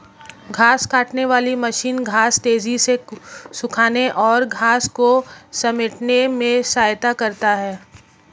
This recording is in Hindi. घांस काटने वाली मशीन घांस तेज़ी से सूखाने और घांस को समेटने में सहायता करता है